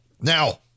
Now